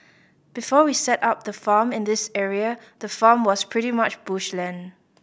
before we set up the farm in this area the farm was pretty much bush land